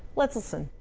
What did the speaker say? let's listen.